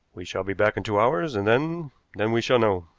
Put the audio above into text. we shall be back in two hours, and then then we shall know.